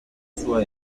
sua